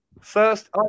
First